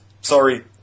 sorry